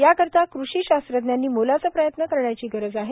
याकरीता कृषी शास्त्रज्ञांनी मोलाचं प्रयत्न करण्याची गरज आहे